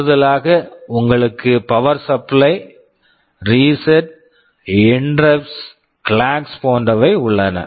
கூடுதலாக உங்களுக்கு power supply power supply reset reset interrupts interrupts clocks clocks போன்றவை உள்ளன